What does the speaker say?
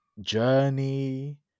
Journey